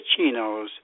cappuccinos